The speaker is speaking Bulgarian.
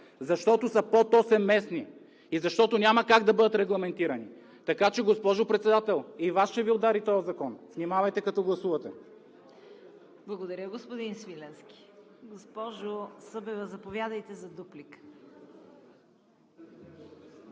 защото са под 8-местни и защото няма как да бъдат регламентирани. Така че, госпожо Председател, и Вас ще Ви удари този закон. Внимавайте, като гласувате. ПРЕДСЕДАТЕЛ ЦВЕТА КАРАЯНЧЕВА: Благодаря, господин Свиленски. Госпожо Събева, заповядайте за дуплика.